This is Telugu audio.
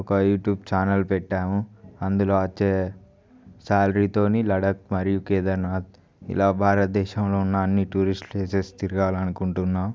ఒక యూట్యుబ్ ఛానల్ పెట్టాము అందులో సాలరీ తోని లడక్ మరియు కేదరినాద్ ఇలా భారతదేశంలో ఉన్న అన్నీ టూరిస్ట్ ప్లేసస్ తిరగాలనుకుంటున్న